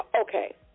Okay